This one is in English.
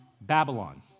Babylon